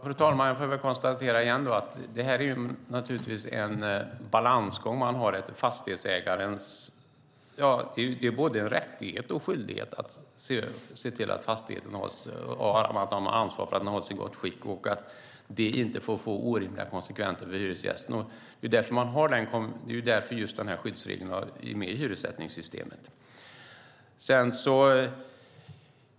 Fru talman! Jag får väl konstatera igen att det här naturligtvis är en balansgång. Fastighetsägaren har ett ansvar för att fastigheten hålls i gott skick, och det får inte ge orimliga konsekvenser för hyresgästen. Det är därför den här skyddsregeln är med i hyressättningssystemet.